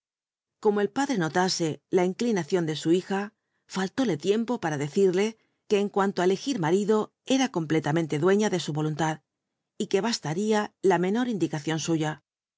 como el padre nolase la ioclinacion ele su hija rallóle licmpo para decirle que en cuanto á elegir marido era enlcramenle biblioteca nacional de españa duciia de sn voluntad y que bastaría la menor indicacion suya